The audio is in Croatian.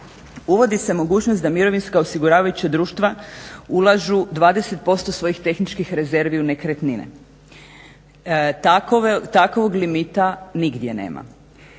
Uvodi se mogućnost da mirovinska osiguravajuća društva ulažu 20% svojih tehničkih rezervi u nekretnine. Takvog limita nigdje nema.